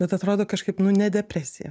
bet atrodo kažkaip nu ne depresija